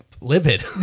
livid